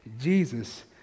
Jesus